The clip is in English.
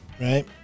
right